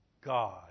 God